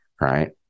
right